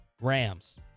Rams